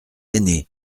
ainé